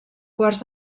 quarts